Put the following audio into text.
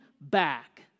back